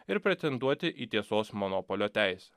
ir pretenduoti į tiesos monopolio teisę